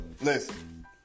listen